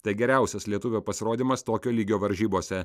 tai geriausias lietuvio pasirodymas tokio lygio varžybose